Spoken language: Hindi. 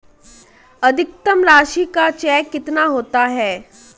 अधिकतम राशि का चेक कितना होता है?